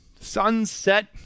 sunset